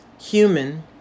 human